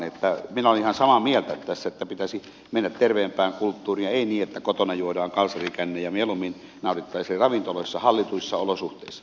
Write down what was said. minä olen ihan samaa mieltä tässä että pitäisi mennä terveempään kulttuuriin ja ei niin että kotona juodaan kalsarikännejä vaan mieluummin nautittaisiin ravintoloissa hallituissa olosuhteissa